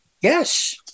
Yes